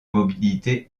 mobilité